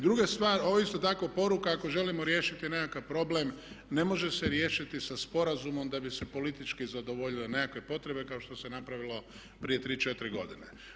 Druga stvar, ovo je isto tako poruka ako želimo riješiti nekakav problem ne može se riješiti sa sporazumom da bi se politički zadovoljile nekakve potrebe kao što se napravilo prije 3, 4 godine.